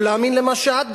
או להאמין מה שאת,